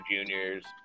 Juniors